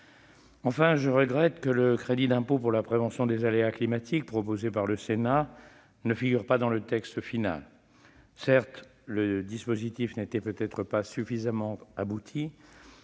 Enfin, je regrette que le crédit d'impôt pour la prévention des aléas climatiques, proposé par le Sénat, ne figure pas dans le texte final. Certes, le dispositif n'était peut-être pas suffisamment abouti